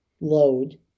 load